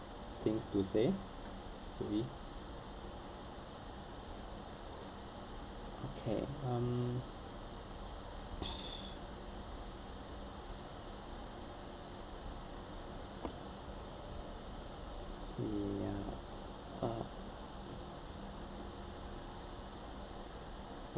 things to say soo ee okay um ya uh